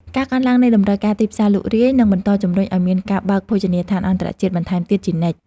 ការកើនឡើងនៃតម្រូវការទីផ្សារលក់រាយនឹងបន្តជំរុញឱ្យមានការបើកភោជនីយដ្ឋានអន្តរជាតិបន្ថែមទៀតជានិច្ច។